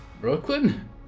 Brooklyn